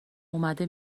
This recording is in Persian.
اومده